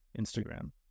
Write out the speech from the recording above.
Instagram